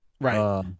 right